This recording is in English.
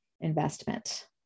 investment